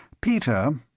Peter